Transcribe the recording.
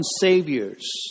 saviors